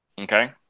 Okay